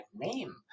name